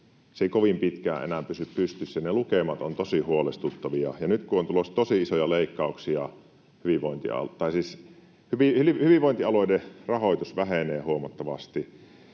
Se ei kovin pitkään enää pysy pystyssä, ja ne lukemat ovat tosi huolestuttavia. Ja nyt kun on tulossa tosi isoja leikkauksia, tai siis hyvinvointialueiden rahoitus vähenee huomattavasti,